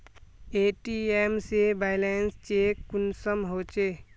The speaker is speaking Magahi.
ए.टी.एम से बैलेंस चेक कुंसम होचे?